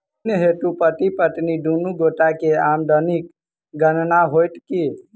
ऋण हेतु पति पत्नी दुनू गोटा केँ आमदनीक गणना होइत की?